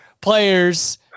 players